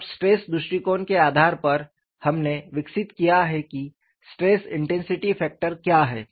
अब स्ट्रेस दृष्टिकोण के आधार पर हमने विकसित किया है कि स्ट्रेस इंटेंसिटी फैक्टर क्या है